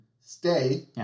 Stay